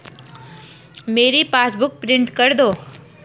मेरी passbook print कर दो